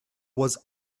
was